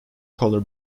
color